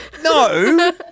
No